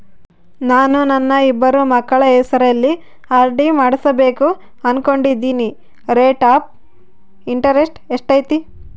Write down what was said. ನಾನು ನನ್ನ ಇಬ್ಬರು ಮಕ್ಕಳ ಹೆಸರಲ್ಲಿ ಆರ್.ಡಿ ಮಾಡಿಸಬೇಕು ಅನುಕೊಂಡಿನಿ ರೇಟ್ ಆಫ್ ಇಂಟರೆಸ್ಟ್ ಎಷ್ಟೈತಿ?